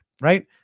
right